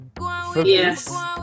Yes